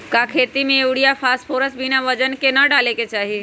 का खेती में यूरिया फास्फोरस बिना वजन के न डाले के चाहि?